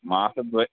मासद्वयम्